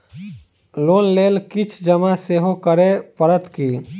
Loan लेल किछ जमा सेहो करै पड़त की?